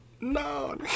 No